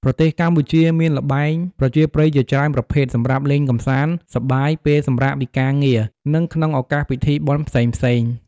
ប្រទេសកម្ពុជាមានល្បែងប្រជាប្រិយជាច្រើនប្រភេទសម្រាប់លេងកម្សាន្តសប្បាយពេលសម្រាកពីការងារនិងក្នុងឱកាសពិធីបុណ្យផ្សេងៗ។